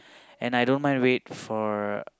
and I don't mind wait for